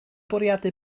bwriadu